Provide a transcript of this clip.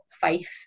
faith